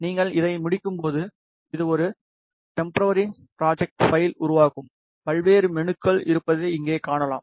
நீங்கள் இதை முடிக்கும்போது இது ஒரு டெம்ஃப்ர்ரி ஃப்ராஜேட் பைல் உருவாக்கும் பல்வேறு மெனுக்கள் இருப்பதை இங்கே காணலாம்